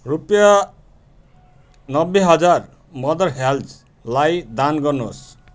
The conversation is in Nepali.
रुपियाँ नब्बे हजार मदर हेल्पजलाई दान गर्नुहोस्